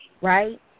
Right